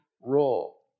role